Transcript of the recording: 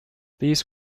these